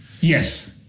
Yes